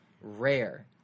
rare